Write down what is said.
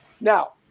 Now